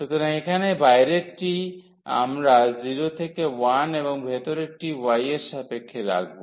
সুতরাং এখানে বাইরেরটি আমরা 0 থেকে 1 এবং ভিতরেরটি y এর সাপেক্ষে রাখব